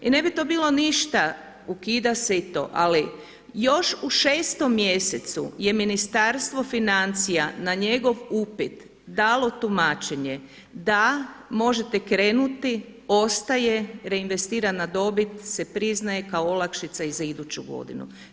I ne bi to bilo ništa, ukida se i to, ali još u 6. mjesecu je Ministarstvo financija na njegov upit dalo tumačenje, da možete krenuti ostaje reinvestirana dobit se priznaje kao olakšica i za iduću godinu.